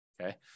Okay